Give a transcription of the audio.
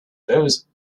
those